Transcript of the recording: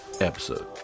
episode